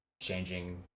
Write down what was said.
changing